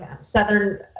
Southern